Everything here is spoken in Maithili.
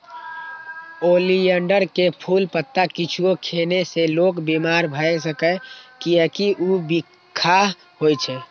ओलियंडर के फूल, पत्ता किछुओ खेने से लोक बीमार भए सकैए, कियैकि ऊ बिखाह होइ छै